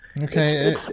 Okay